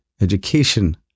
education